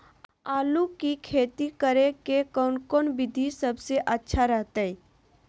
आलू की खेती करें के कौन कौन विधि सबसे अच्छा रहतय?